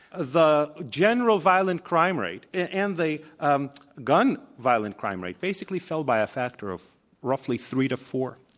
the general violent crime rate and the um gun violent crime rate basically fell by a factor of roughly three to four.